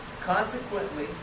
Consequently